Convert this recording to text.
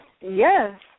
Yes